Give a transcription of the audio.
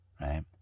Right